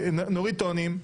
נירגע, נוריד טונים.